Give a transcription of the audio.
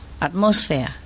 atmosphere